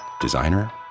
designer